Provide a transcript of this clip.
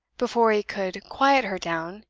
before he could quiet her down,